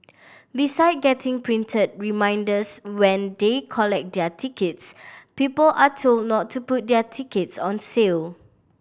beside getting printed reminders when they collect their tickets people are told not to put their tickets on sale